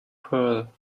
pearl